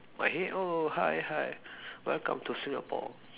my head oh hi hi welcome to Singapore